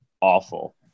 awful